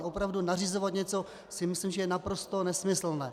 Opravdu nařizovat něco, si myslím, že je naprosto nesmyslné.